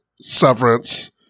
Severance